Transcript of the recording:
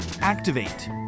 activate